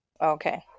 Okay